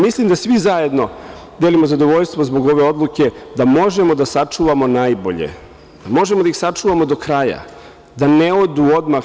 Mislim da svi zajedno delimo zadovoljstvo zbog ove odluke da možemo da sačuvamo najbolje, da možemo da ih sačuvamo do kraja, da ne odu odmah.